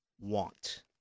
want